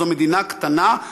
זו מדינה קטנה,